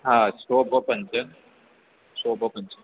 હા shop open છે shop open છે